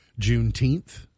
Juneteenth